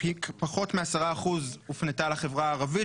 פחות מ-10% הופנתה לחברה הערבית,